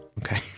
Okay